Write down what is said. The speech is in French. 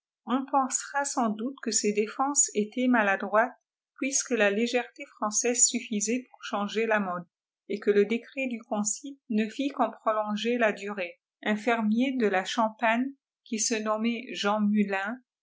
on pensera sans doute que ces défenses étaient maladroites puisque la légèreté française suffisait pour changer la mode et que le décret du concile ne fit qu'en prolonger la durée un fermier de la champagne qui se nonnait jean mùllin